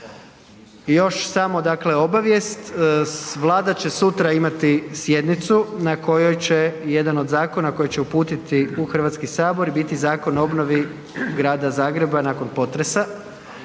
Još samo obavijest, Vlada će sutra imati sjednicu na kojoj će jedan od zakona koji će uputiti u Hrvatski sabor biti Zakon o obnovi Grada Zagreba nakon potresa